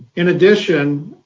in addition,